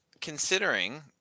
considering